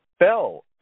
fell